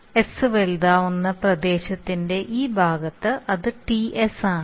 S വലുതായിരിക്കുന്ന പ്രദേശത്തിന്റെ ഈ ഭാഗത്ത് അത് Ts ആണ്